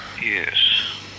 yes